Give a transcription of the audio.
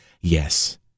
Yes